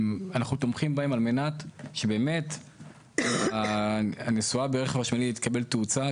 אנחנו תומכים בהם על מנת שבאמת הנשואה ברכב חשמלי תקבל תאוצה,